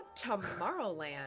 Tomorrowland